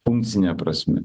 funkcine prasme